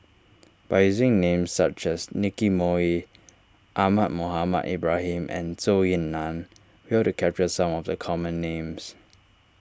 by using names such as Nicky Moey Ahmad Mohamed Ibrahim and Zhou Ying Nan we hope to capture some of the common names